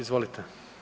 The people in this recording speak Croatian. Izvolite.